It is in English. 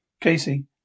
Casey